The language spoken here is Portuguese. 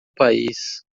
país